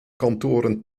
kantoren